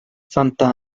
santa